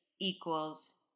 equals